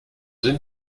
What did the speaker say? deux